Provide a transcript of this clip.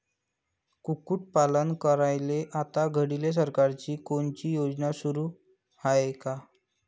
कुक्कुटपालन करायले आता घडीले सरकारची कोनची योजना सुरू हाये का?